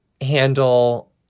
handle